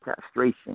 castration